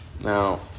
Now